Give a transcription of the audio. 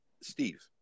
Steve